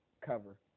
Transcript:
cover